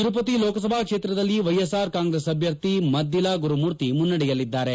ತಿರುಪತಿ ಲೋಕಸಭಾ ಕ್ಷೇತ್ರದಲ್ಲಿ ವೈಎಸ್ಆರ್ ಕಾಂಗ್ರೆಸ್ ಅಭ್ಯರ್ಥಿ ಮದ್ದಿಲಾ ಗುರುಮೂರ್ತಿ ಮುನ್ನಡೆಯಲಿದ್ದಾರೆ